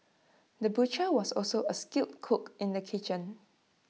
the butcher was also A skilled cook in the kitchen